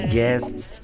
guests